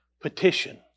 petition